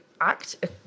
act